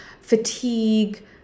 fatigue